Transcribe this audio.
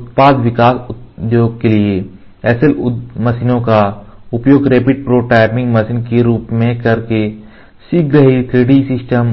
उत्पाद विकास उद्योग के लिए SL मशीनों का उपयोग रैपिड प्रोटोटाइपिंग मशीन के रूप में करके शीघ्र ही 3D सिस्टम